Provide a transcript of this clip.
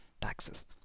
taxes